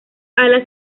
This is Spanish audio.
alas